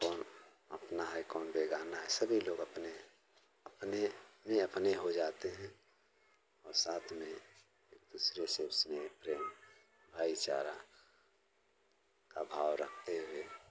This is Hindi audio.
कौन अपना है कौन बेगाना है सभी लोग अपने अपने में अपने हो जाते हैं और साथ में एक दूसरे से स्नेह प्रेम भाईचारा का भाव रखते हुए